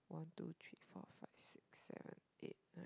one two three four five six seven